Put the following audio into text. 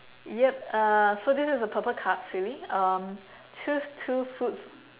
yup uh so this is a purple card silly um choose two foods